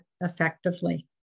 effectively